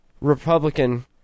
Republican